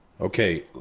Okay